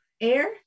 air